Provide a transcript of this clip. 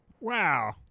Wow